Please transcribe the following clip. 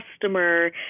customer